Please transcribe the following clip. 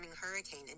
hurricane